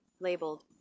labeled